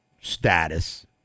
status